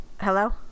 Hello